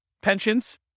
Pensions